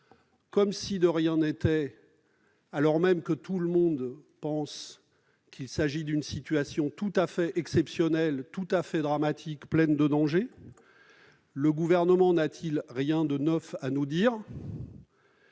comme si de rien n'était, alors que tout le monde estime qu'il s'agit d'une situation tout à fait exceptionnelle, dramatique et pleine de dangers ? Le Gouvernement n'a-t-il rien de neuf à nous dire ?